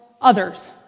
others